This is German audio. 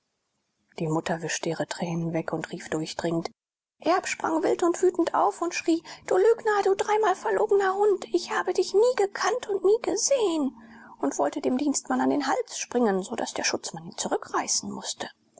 die mutter wischte ihre tränen weg und rief durchdringend erb sprang wild und wütend auf und schrie du lügner du dreimal verlogener hund ich habe dich nie gekannt und nie gesehen und wollte dem dienstmann an den hals springen so daß der schutzmann ihn zurückreißen mußte